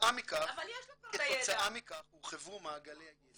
כתוצאה מכך הורחבו מעגלי הידע,